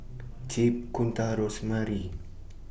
Chip Kunta and Rosemary